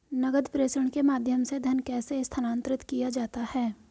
नकद प्रेषण के माध्यम से धन कैसे स्थानांतरित किया जाता है?